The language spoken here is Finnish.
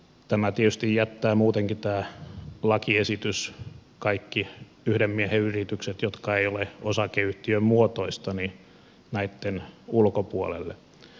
tämä lakiesitys tietysti jättää muutenkin kaikki yhden miehen yritykset jotka eivät ole osakeyhtiömuotoisia näitten ulkopuolelle